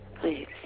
please